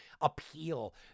appeal